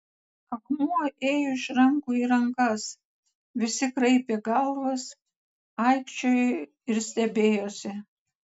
akmuo ėjo iš rankų į rankas visi kraipė galvas aikčiojo ir stebėjosi